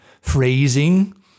phrasing